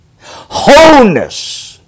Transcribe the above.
wholeness